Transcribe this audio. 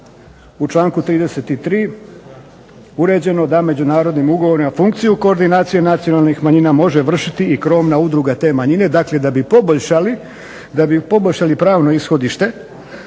u članku 33. uređeno da međunarodnim ugovorima funkciju koordinacije nacionalnih manjina može vršiti i krovna udruga te manjine. Dakle, da bi poboljšali pravno ishodište